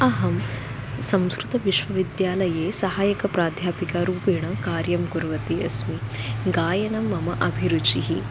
अहं संस्कृतविश्वविद्यालये सहायकप्राध्यापिका रूपेण कार्यं कुर्वती अस्मि गायनं मम अभिरुचिः